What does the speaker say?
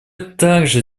также